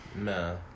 no